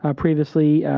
ah previously,